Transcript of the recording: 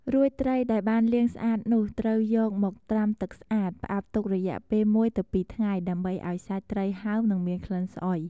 រួចត្រីដែលបានលាងស្អាតនោះ ត្រូវយកមកត្រាំទឹកស្អាត ផ្អាប់ទុករយៈពេល ១ ទៅ ២ ថ្ងៃ ដើម្បីឱ្យសាច់ត្រីហើម និងមានក្លិនស្អុយ។